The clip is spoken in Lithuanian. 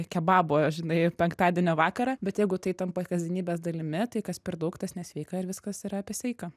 kebabo žinai penktadienio vakarą bet jeigu tai tampa kasdienybės dalimi tai kas per daug tas nesveika ir viskas yra apie sveika